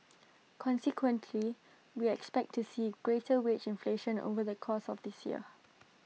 consequently we expect to see greater wage inflation over the course of this year